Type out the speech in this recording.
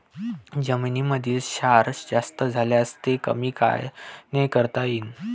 जमीनीमंदी क्षार जास्त झाल्यास ते कमी कायनं करता येईन?